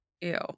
ew